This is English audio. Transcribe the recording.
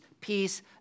peace